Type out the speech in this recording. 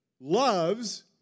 loves